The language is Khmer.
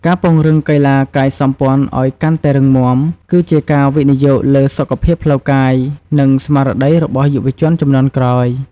ការពង្រឹងកីឡាកាយសម្ព័ន្ធឱ្យកាន់តែរឹងមាំ គឺជាការវិនិយោគលើសុខភាពផ្លូវកាយ និងស្មារតីរបស់យុវជនជំនាន់ក្រោយ។